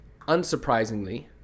unsurprisingly